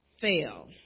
fail